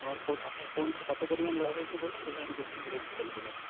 আমার আপনার কোনটা কত পরিমাণ লাগবে একটু বলুন তাহলে আমি সেরকম রেট বলে দেব আপনাকে